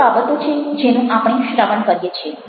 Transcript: કઈ બાબતો છે જેનું આપણે શ્રવણ કરીએ છીએ